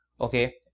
okay